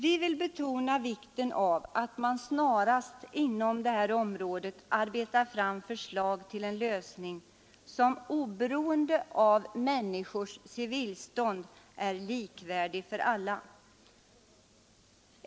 Vi vill betona vikten av att man inom detta område snarast arbetar fram förslag till ett system, som oberoende av människors civilstånd är likvärdigt för alla.